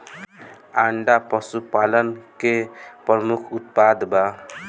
अंडा पशुपालन के प्रमुख उत्पाद बा